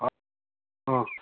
hello अँ